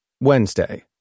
Wednesday